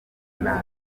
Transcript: naza